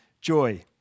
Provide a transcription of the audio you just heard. joy